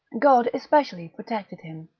god especially protected him,